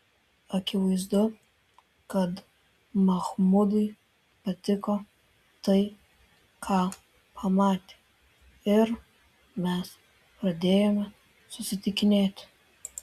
akivaizdu kad machmudui patiko tai ką pamatė ir mes pradėjome susitikinėti